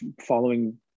following